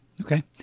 Okay